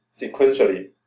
sequentially